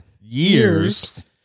Years